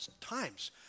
times